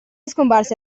scomparsa